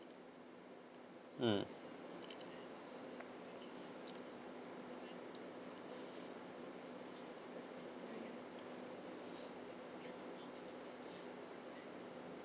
mm